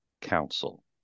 council